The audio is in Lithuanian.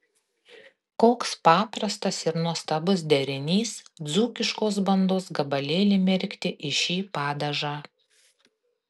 koks paprastas ir nuostabus derinys dzūkiškos bandos gabalėlį merkti į šį padažą